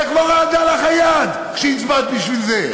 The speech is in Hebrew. איך לא רעדה לך היד כשהצבעת בשביל זה?